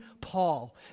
Paul